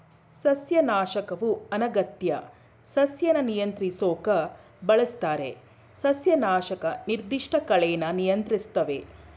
ಸಸ್ಯನಾಶಕವು ಅನಗತ್ಯ ಸಸ್ಯನ ನಿಯಂತ್ರಿಸೋಕ್ ಬಳಸ್ತಾರೆ ಸಸ್ಯನಾಶಕ ನಿರ್ದಿಷ್ಟ ಕಳೆನ ನಿಯಂತ್ರಿಸ್ತವೆ